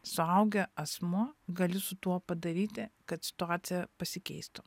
suaugę asmuo gali su tuo padaryti kad situacija pasikeistų